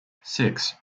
six